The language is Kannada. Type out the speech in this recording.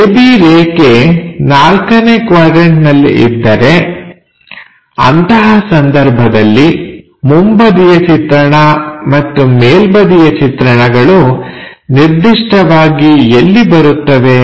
AB ರೇಖೆ ನಾಲ್ಕನೇ ಕ್ವಾಡ್ರನ್ಟನಲ್ಲಿ ಇದ್ದರೆ ಅಂತಹ ಸಂದರ್ಭದಲ್ಲಿ ಮುಂಬದಿಯ ಚಿತ್ರಣ ಮತ್ತು ಮೇಲ್ಬದಿಯ ಚಿತ್ರಣಗಳು ನಿರ್ದಿಷ್ಟವಾಗಿ ಎಲ್ಲಿ ಬರುತ್ತವೇ